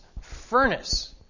furnace